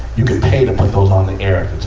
you could pay to put those on the air